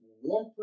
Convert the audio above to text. one